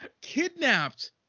kidnapped